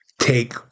take